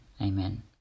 Amen